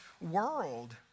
world